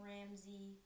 Ramsey